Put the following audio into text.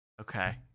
Okay